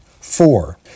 Four